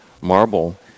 marble